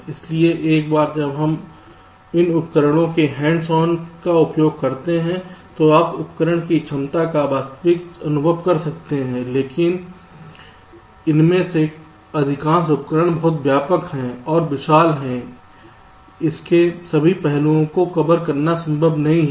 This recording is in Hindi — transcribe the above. इसलिए एक बार जब हम इन उपकरणों के हैंड्स ओन का उपयोग करते हैं तो आप उपकरण की क्षमता का वास्तविक अनुभव कर सकते हैं क्योंकि इनमें से अधिकांश उपकरण बहुत व्यापक और विशाल हैं इस के सभी पहलुओं को कवर करना संभव नहीं है